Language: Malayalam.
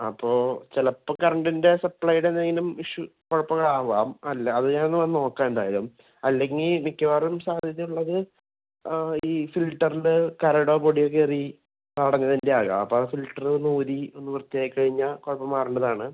അപ്പോൾ ചിലപ്പം കറൻറ്റിൻ്റെ സപ്പ്ളേടെ എന്തെങ്കിലും ഇഷ്യു കുഴപ്പങ്ങളാവാം അല്ലാത് ഞാൻ വന്ന് നോക്കാം എന്തായാലും അല്ലെങ്കിൽ മിക്കവാറും സാധ്യതയുള്ളത് ഈ ഫിൽറ്ററിൻ്റെ കരടോ പൊടിയോ കയറി അടഞ്ഞേയ്ൻ്റെയാകാം അപ്പോൾ ആ ഫിൽറ്ററൊന്നൂരി ഒന്ന് വൃത്തിയാക്കി കഴിഞ്ഞാൽ കുഴപ്പം മാറേണ്ടതാണ്